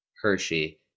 hershey